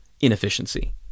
inefficiency